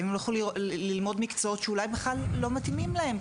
הם הלכו ללמוד מקצועות שאולי בכלל לא מתאימים להם ,